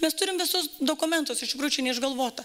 mes turim visus dokumentus iš gručio neišgalvota